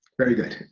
very good.